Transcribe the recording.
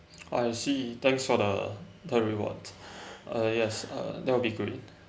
I see thanks for the the reward uh yes uh that will be great